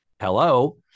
Hello